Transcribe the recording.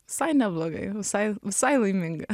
visai neblogai visai visai laiminga